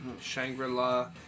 Shangri-La